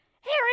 Harry